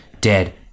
dead